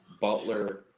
Butler